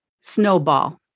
snowball